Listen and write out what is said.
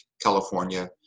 California